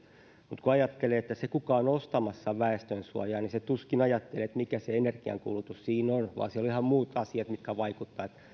mutta se joka on ostamassa väestönsuojaa tuskin ajattelee että mikä se energiankulutus siinä on vaan siellä on ihan muut asiat mitkä vaikuttavat että